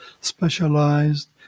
specialized